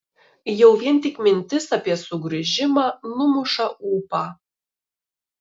jau vien tik mintis apie sugrįžimą numuša ūpą